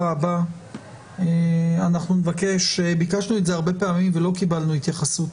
הבא אנחנו נבקש ביקשנו הרבה פעמים ולא קיבלנו התייחסות